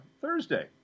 Thursday